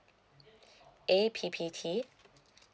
A P P T